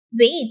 Wait